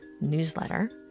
newsletter